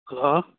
hello